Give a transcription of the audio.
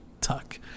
tuck